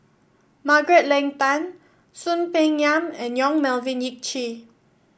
Margaret Leng Tan Soon Peng Yam and Yong Melvin Yik Chye